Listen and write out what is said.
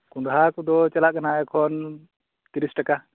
ᱠᱚᱦᱚᱸᱰᱟ ᱠᱚᱫᱚ ᱪᱟᱞᱟᱜ ᱠᱟᱱᱟ ᱮᱠᱷᱚᱱ ᱛᱤᱨᱤᱥ ᱴᱟᱠᱟ